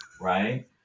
right